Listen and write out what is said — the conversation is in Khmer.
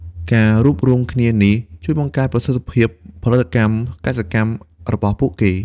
ការរួបរួមគ្នានេះជួយបង្កើនប្រសិទ្ធភាពផលិតកម្មកសិកម្មរបស់ពួកគេ។